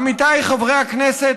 עמיתיי חברי הכנסת,